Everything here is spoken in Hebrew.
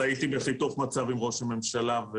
הייתי בחיתוך מצב עם ראש הממשלה.